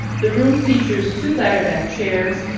the room features two ladderbacked chairs,